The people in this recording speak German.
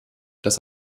dass